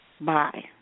Bye